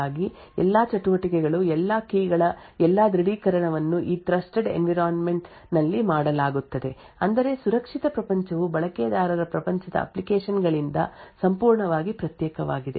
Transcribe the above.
ಆದ್ದರಿಂದ ನೀವು ಇಲ್ಲಿ ನೋಡುತ್ತಿರುವುದು ಆರ್ಮ್ ನಿಂದ ಬೆಂಬಲಿತವಾಗಿರುವ ಟ್ರಸ್ಟ್ಝೋನ್ trustzone ನಿಂದಾಗಿ ಎಲ್ಲಾ ಚಟುವಟಿಕೆಗಳು ಎಲ್ಲಾ ಕೀ ಗಳ ಎಲ್ಲಾ ದೃಢೀಕರಣವನ್ನು ಈ ಟ್ರಸ್ಟೆಡ್ ಎನ್ವಿರಾನ್ಮೆಂಟ್ ನಲ್ಲಿ ಮಾಡಲಾಗುತ್ತದೆ ಅಂದರೆ ಸುರಕ್ಷಿತ ಪ್ರಪಂಚವು ಬಳಕೆದಾರರ ಪ್ರಪಂಚದ ಅಪ್ಲಿಕೇಶನ್ಗಳಿಂದ ಸಂಪೂರ್ಣವಾಗಿ ಪ್ರತ್ಯೇಕವಾಗಿದೆ